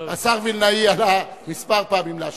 השר וילנאי עלה כמה פעמים להשיב.